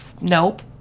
nope